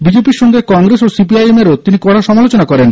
বিজেপির সঙ্গে কংগ্রেস ও সি পি আই এণ এরও তিনি কড়া সমালোচনা করেন